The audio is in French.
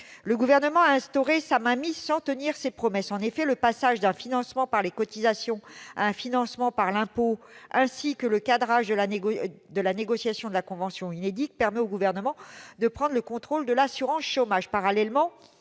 le Gouvernement a instauré sa mainmise sans tenir ses promesses. En effet, le passage d'un financement par les cotisations à un financement par l'impôt ainsi que le cadrage de la négociation de la convention UNEDIC permettent au Gouvernement de prendre le contrôle de l'assurance chômage.